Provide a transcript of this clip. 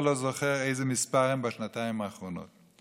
לא זוכר איזה מספר הן בשנתיים האחרונות.